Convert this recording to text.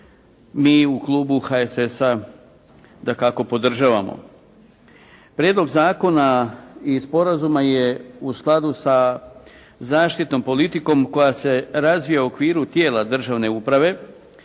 mi u Klubu HSS-a dakako podržavamo. Prijedlog zakona i sporazuma je u skladu sa zaštitnom politikom koja se razvija u okviru tijela državne uprave,